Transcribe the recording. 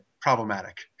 problematic